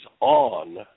on